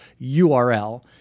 URL